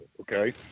okay